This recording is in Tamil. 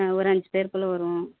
ஒரு அஞ்சு பேருக்குள்ளே வருவோம்